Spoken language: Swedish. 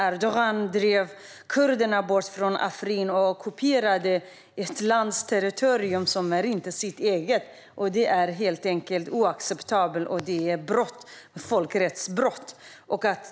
Erdogan har drivit bort kurderna och ockuperat ett annat lands territorium, vilket är oacceptabelt och ett folkrättsbrott.